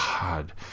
god